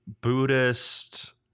buddhist